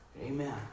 Amen